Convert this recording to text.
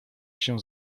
się